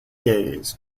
days